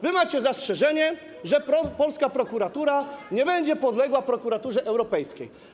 Wy macie zastrzeżenie, że polska prokuratura nie będzie podległa prokuraturze europejskiej.